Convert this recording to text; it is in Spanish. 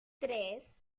tres